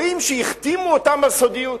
אומרים שהחתימו אותם על סודיות,